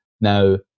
now